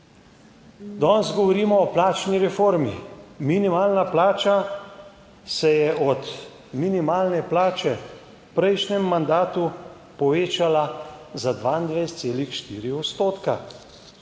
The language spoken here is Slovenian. Danes govorimo o plačni reformi. Minimalna plača se je od minimalne plače v prejšnjem mandatu povečala za 22,4